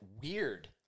weird